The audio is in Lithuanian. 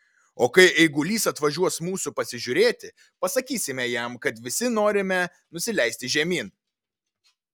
o kai eigulys atvažiuos mūsų pasižiūrėti pasakysime jam kad visi norime nusileisti žemyn